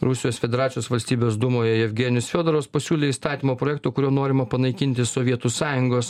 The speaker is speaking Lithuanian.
rusijos federacijos valstybės dūmoje jevgenijus fiodorovas pasiūlė įstatymo projekto kuriuo norima panaikinti sovietų sąjungos